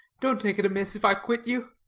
don't take it amiss if i quit you.